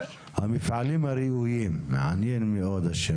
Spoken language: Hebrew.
המפעלים הראויים, מעניין מאוד השם.